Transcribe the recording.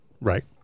right